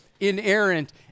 inerrant